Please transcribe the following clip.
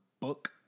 book